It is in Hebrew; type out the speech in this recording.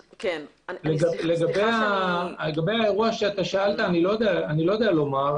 לגבי האירוע ששאלת, אני לא יודע לומר.